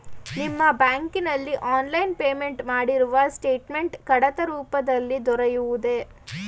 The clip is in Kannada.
ನಿಮ್ಮ ಬ್ಯಾಂಕಿನಲ್ಲಿ ಆನ್ಲೈನ್ ಪೇಮೆಂಟ್ ಮಾಡಿರುವ ಸ್ಟೇಟ್ಮೆಂಟ್ ಕಡತ ರೂಪದಲ್ಲಿ ದೊರೆಯುವುದೇ?